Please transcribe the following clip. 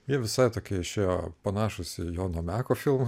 ji visa tokia šio panašūs į jono meko filmų